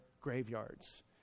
graveyards